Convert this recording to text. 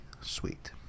sweet